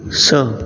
स